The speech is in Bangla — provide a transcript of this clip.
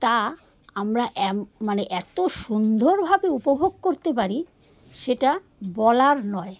তা আমরা এম মানে এত সুন্দরভাবে উপভোগ করতে পারি সেটা বলার নয়